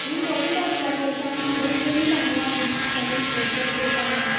आमी सगळे टायप्सा करताय बट तुमी सांगा तुमच्या खातीर स्पेशल करताय आमी